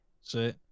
See